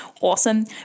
awesome